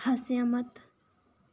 हस्सेआं मत